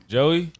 Joey